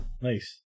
Nice